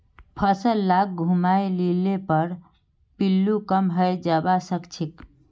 फसल लाक घूमाय लिले पर पिल्लू कम हैं जबा सखछेक